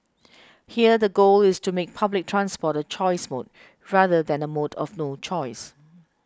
here the goal is to make public transport a choice mode rather than the mode of no choice